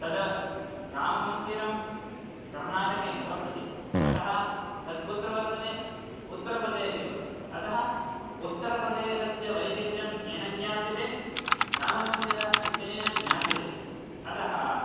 तद् राममन्दिरं कर्नाटके न वर्तते अतः तत्कुत्र वर्तते उत्तरप्रदेशे वर्तते अतः उत्तरप्रदेशस्य वैशिष्ट्यं केन ज्ञाप्यते राममन्दिर इत्यनेन ज्ञाप्यते अतः